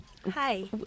Hi